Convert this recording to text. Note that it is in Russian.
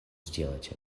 сделать